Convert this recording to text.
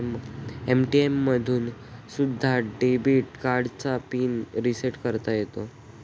ATM मधून सुद्धा debit कार्डचा पिन रिसेट करता येतो